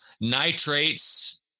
nitrates